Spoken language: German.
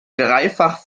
dreifach